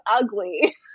ugly